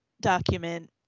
document